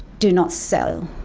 do not sell.